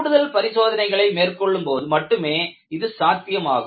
கூடுதல் பரிசோதனைகளை மேற்கொள்ளும்போது மட்டுமே இது சாத்தியமாகும்